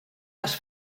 les